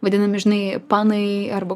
vadinami žinai panai arba